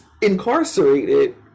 incarcerated